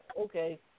okay